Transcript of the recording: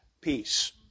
Peace